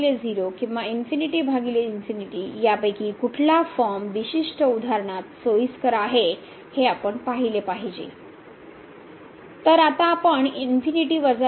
तर 0 0 किंवा यापैकी कुठला फॉर्म विशिष्ट उदाहरणात सोयीस्कर आहे हे आपण पाहिले पाहिजे